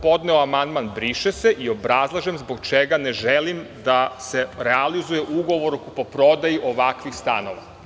Podneo sam amandman briše se i obrazlažem zbog čega ne želim da se realizuje ugovor o kupoprodaji ovakvih stanova.